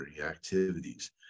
activities